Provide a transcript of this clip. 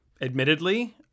Admittedly